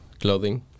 clothing